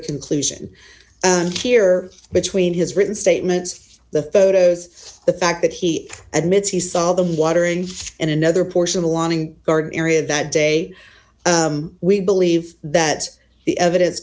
a conclusion here between his written statements the photos the fact that he admits he saw them watering in another portion of wanting garden area that day we believe that the evidence